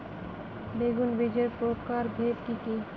বেগুন বীজের প্রকারভেদ কি কী?